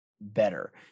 better